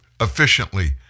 efficiently